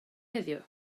heddiw